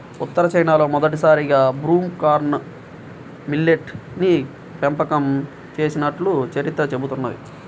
ఉత్తర చైనాలో మొదటిసారిగా broom corn millet ని పెంపకం చేసినట్లు చరిత్ర చెబుతున్నది